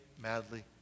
madly